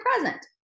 present